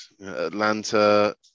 Atlanta